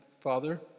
Father